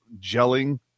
gelling